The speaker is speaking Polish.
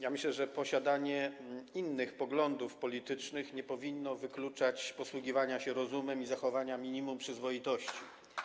Ja myślę, że posiadanie innych poglądów politycznych nie powinno wykluczać posługiwania się rozumem i zachowania minimum przyzwoitości.